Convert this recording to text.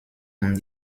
und